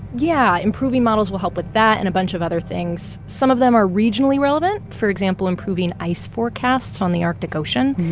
yeah. improving models will help with that and a bunch of other things. some of them are regionally relevant for example, improving ice forecasts on the arctic ocean.